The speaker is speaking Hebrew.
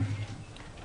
מבין